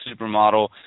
supermodel